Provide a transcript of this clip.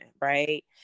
right